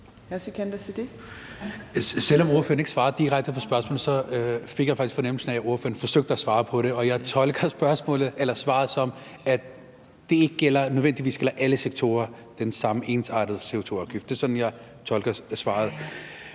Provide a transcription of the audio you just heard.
Selv om ordføreren ikke svarede direkte på spørgsmålet, fik jeg faktisk fornemmelsen af, at ordføreren forsøgte at svare på det, og jeg tolker svaret, som at det med den samme ensartede CO2-afgift ikke nødvendigvis gælder alle sektorer. Det er sådan, jeg tolker svaret.